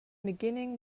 beginning